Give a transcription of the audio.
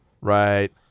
Right